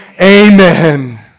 Amen